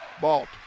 Balt